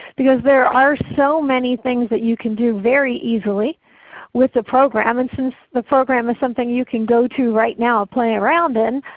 because there are so many things that you can do very easily with the program. and since the program is something you can go to right now and play around in,